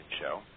show